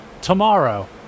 tomorrow